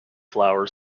flower